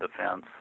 defense